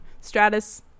Stratus